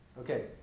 okay